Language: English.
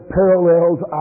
parallels